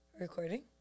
Recording